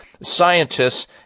scientists